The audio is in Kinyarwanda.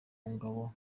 ngabo